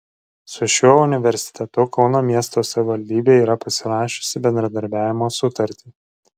su šiuo universitetu kauno miesto savivaldybė yra pasirašiusi bendradarbiavimo sutartį